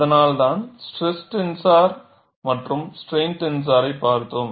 அதனால்தான் stress tensor மற்றும் strain டென்சரைப் பார்த்தோம்